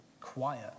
quiet